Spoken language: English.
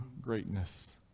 greatness